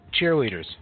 cheerleaders